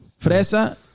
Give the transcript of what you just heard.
Fresa